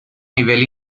nivel